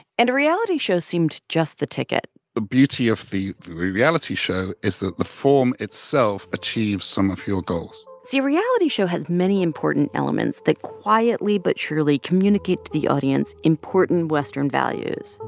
and a reality show seemed just the ticket the beauty of the reality show is that the form itself achieves some of your goals see, a reality show has many important elements that quietly but surely communicate to the audience important western values.